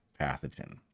pathogen